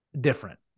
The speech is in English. different